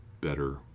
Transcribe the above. better